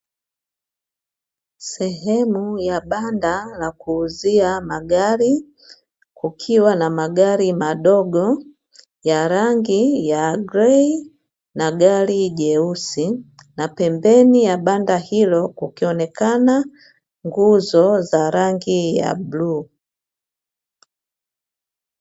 Sehemu ya banda la kuuzia magari kukiwa na magari madogo ya rangi ya grey na gari jeusi. Na pembeni ya banda hilo kukionekana nguzo za rangi ya bluu.